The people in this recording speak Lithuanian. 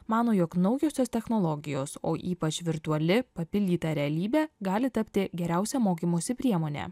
mano jog naujosios technologijos o ypač virtuali papildyta realybė gali tapti geriausia mokymosi priemone